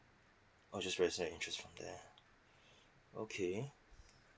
oh just register your interest from there ah okay